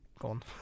gone